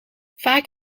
vaak